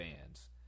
fans